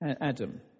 Adam